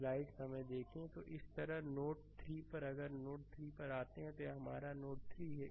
slide समय देखें 0832 इसी तरह नोड 3 पर अगर नोड 3 पर आते हैं तो यह हमारा नोड 3 है